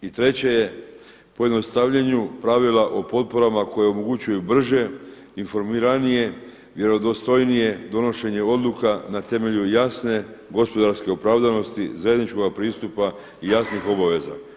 I treće je pojednostavljanju pravila o potporama koje omogućuju brže, informiranje, vjerodostojnije donošenje odluka na temelju jasne gospodarske opravdanosti zajedničkoga pristupa i jasnih obaveza.